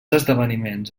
esdeveniments